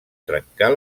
trencar